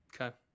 Okay